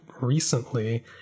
recently